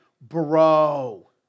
bro